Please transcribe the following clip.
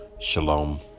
Shalom